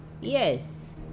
yes